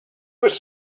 was